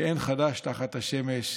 שאין חדש תחת השמש.